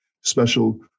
special